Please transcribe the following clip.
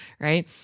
right